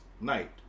night